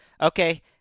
okay